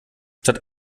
statt